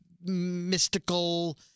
Mystical